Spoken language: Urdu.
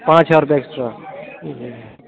پانچ ہزار روپئے ایکسٹرا